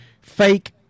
fake